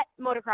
motocross